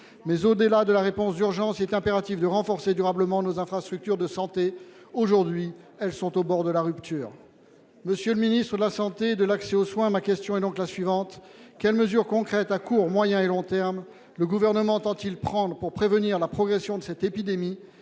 Mais au-delà de la réponse d'urgence, il est impératif de renforcer durablement nos infrastructures de santé. Aujourd'hui, elles sont au bord de la rupture. Monsieur le ministre de la Santé et de l'accès aux soins, ma question est donc la suivante. Quelles mesures concrètes, à court, moyen et long terme, le gouvernement tente-t-il prendre pour prévenir la progression de cette épidémie